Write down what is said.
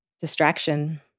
Distraction